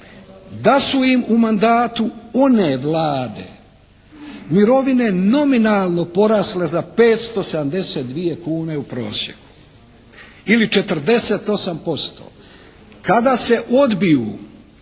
da su im u mandatu one Vlade mirovine nominalno porasle za 572 kune u prosjeku ili 48%. Kada se odbiju